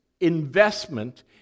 investment